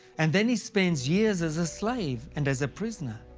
and then he spends years as a slave and as a prisoner.